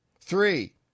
Three